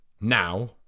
Now